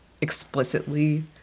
explicitly